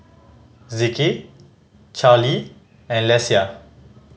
Zeke Charlee and Lesia